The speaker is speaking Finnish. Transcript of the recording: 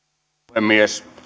puhemies